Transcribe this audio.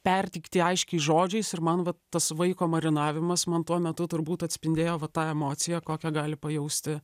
perteikti aiškiai žodžiais ir man vat tas vaiko marinavimas man tuo metu turbūt atspindėjo va tą emociją kokią gali pajausti